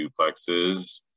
duplexes